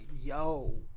yo